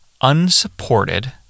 unsupported